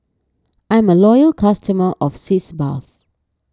I'm a loyal customer of Sitz Bath